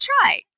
try